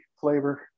flavor